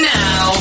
now